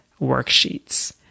Worksheets